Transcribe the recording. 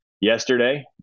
yesterday